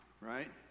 right